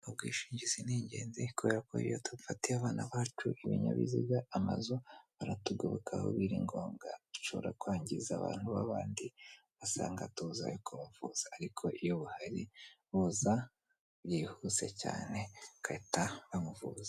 Ubwishingizi ni ingenzi kubera ko iyo tubufatiye abana bacu, ibinyabiziga, amazu, buratugoboka aho biri ngombwa. Dushobora kwangiza abantu b'abandi ugasanga tubuze ayo kubavuza ariko iyo buhari buza byihuse cyane bagahita bamuvuza.